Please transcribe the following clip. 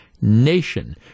Nation